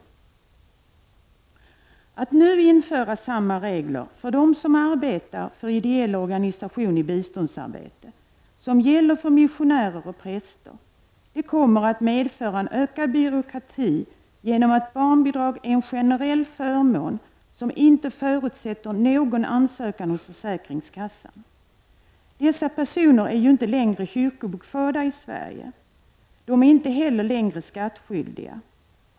Om man nu inför samma regler för dem som arbetar för ideell organisation i biståndsarbete som de regler som gäller för missionärer och präster, kommer det att medföra en ökad byråkrati genom att barnbidrag är en generell förmån som inte förutsätter någon ansökan hos försäkringskassan. Dessa personer är ju inte längre kyrkobokförda i Sverige. De är inte heller längre skattskyldiga.